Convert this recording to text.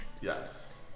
Yes